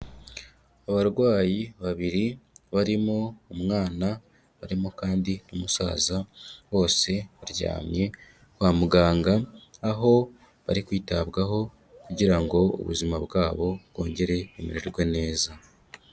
Abarwayi babiri barimo umwana barimo kandi n'umusaza. Bose baryamye kwa muganga aho barikwitabwaho kugira ngo ubuzima bwabo bwongere bumererwe neza.